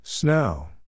Snow